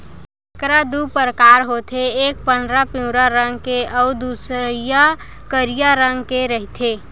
केंकरा दू परकार होथे एक पंडरा पिंवरा रंग के अउ दूसरइया करिया रंग के रहिथे